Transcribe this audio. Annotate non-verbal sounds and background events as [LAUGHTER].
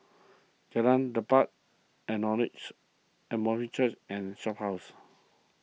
Jalan Lepas [UNINTELLIGIBLE] Apostolic Church and Shophouse